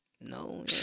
no